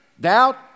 doubt